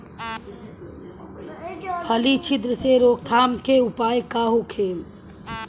फली छिद्र से रोकथाम के उपाय का होखे?